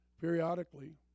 periodically